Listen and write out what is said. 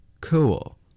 Cool